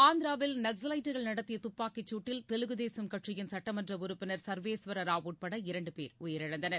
ஆந்திராவில் நக்ஸவைட்டுகள் நடத்திய துப்பாக்கிச் சூட்டில் தெவங்கு தேசம் கட்சியின் சட்டமன்ற உறுப்பினர் சர்வேஸ்வர ராவ் உட்பட இரண்டு பேர் உயிரிழந்தனர்